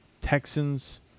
Texans